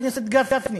חבר הכנסת גפני?